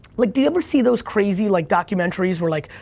like, do you ever see those crazy, like documentaries, where like,